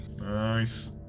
Nice